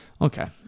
Okay